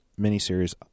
miniseries